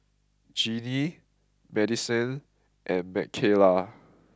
Gennie Madisen and Mckayla